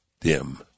dim